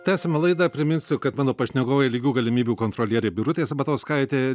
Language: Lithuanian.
tęsiame laidą priminsiu kad mano pašnekovai lygių galimybių kontrolierė birutė sabatauskaitė